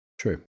True